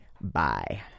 Bye